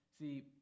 see